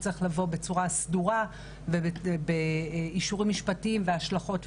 הכל צריך לבוא בצורה סדורה ובאישורים משפטיים עם התייחסות להשלכות,